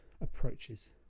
approaches